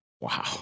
Wow